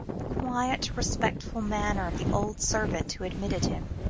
the quietly respectful manner of the old servant who admitted him